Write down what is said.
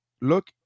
look